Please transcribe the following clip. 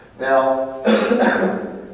Now